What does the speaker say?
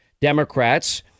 Democrats